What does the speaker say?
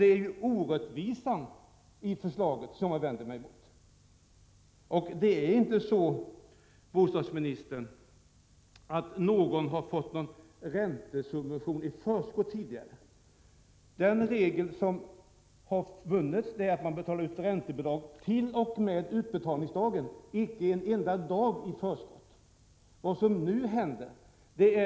Det är just orättvisan i förslaget som jag vänder mig emot. Det är inte så, bostadsministern, att någon tidigare har fått räntesubventioner i förskott. Den regel som har funnits har inneburit att räntebidrag har utbetalatst.o.m. utbetalningsdagen, icke en enda dag i förskott. Vad som nu händer är att staten upp till fem månader och 29 dagar fördröjer utbetalningen av räntebidraget. Det är detta som skapar orättvisa. Det är inte rätt att ett fåtal av ett kollektiv skall bära hela skuldbördan. Förskjutningen av inbetalningen när det gäller bostadslånet har ingenting med mitt exempel att göra. Jag har endast räknat med kostnaden för bottenlånet i hypotekslånet. Mitt exempel på denna punkt är helt korrekt.